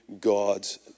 God's